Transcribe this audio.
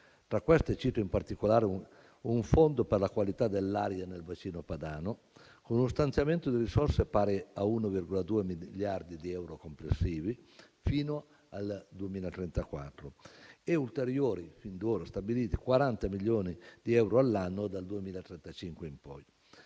Tra queste, cito in particolare un fondo per la qualità dell'aria nel bacino padano, con uno stanziamento di risorse pari a 1,2 miliardi di euro complessivi fino al 2034 e ulteriori, fin d'ora stabiliti, 40 milioni di euro all'anno dal 2035 in poi.